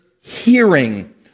hearing